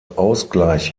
ausgleich